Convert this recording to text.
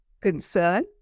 concern